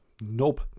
Nope